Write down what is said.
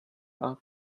are